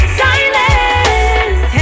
silence